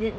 uh now